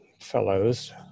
fellows